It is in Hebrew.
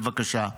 בבקשה.